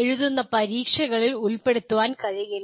എഴുതുന്ന പരീക്ഷകളിൽ ഉൾപ്പെടുത്താൻ കഴിയില്ല